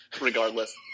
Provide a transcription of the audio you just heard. Regardless